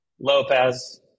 Lopez